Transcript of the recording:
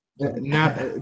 Now